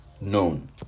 known